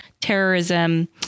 terrorism